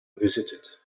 visited